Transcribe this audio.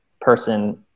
person